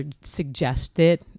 suggested